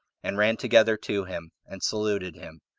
and ran together to him, and saluted him.